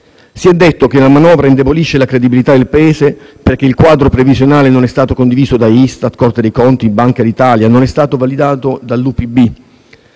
Si è detto che la manovra indebolisce la credibilità del Paese perché il quadro previsionale non è stato condiviso da Istat, Corte dei conti, Banca d'Italia e non è stato validato dall'UPB.